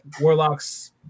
Warlocks